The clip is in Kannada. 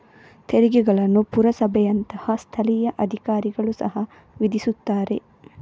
ತೆರಿಗೆಗಳನ್ನು ಪುರಸಭೆಯಂತಹ ಸ್ಥಳೀಯ ಅಧಿಕಾರಿಗಳು ಸಹ ವಿಧಿಸುತ್ತಾರೆ